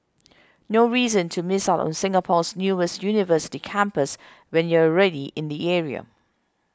no reason to miss out on Singapore's newest university campus when you're already in the area